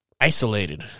Isolated